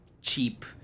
cheap